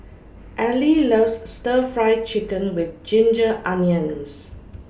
Ally loves Stir Fry Chicken with Ginger Onions